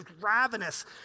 ravenous